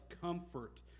comfort